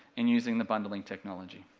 in using the bundling technology.